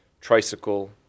Tricycle